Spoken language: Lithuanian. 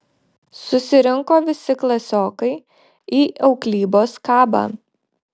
susirinko visi klasiokai į auklybos kabą